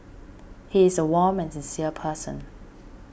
he is a warm and sincere person